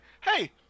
Hey